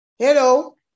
Hello